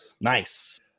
Nice